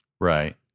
Right